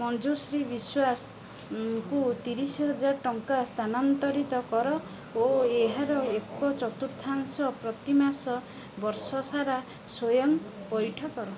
ମଞ୍ଜୁଶ୍ରୀ ବିଶ୍ୱାସଙ୍କୁ ତିରିଶ ହଜାର ଟଙ୍କା ସ୍ଥାନାନ୍ତରିତ କର ଓ ଏହାର ଏକ ଚତୁର୍ଥାଂଶ ପ୍ରତିମାସ ବର୍ଷ ସାରା ସ୍ଵୟଂ ପଇଠ କର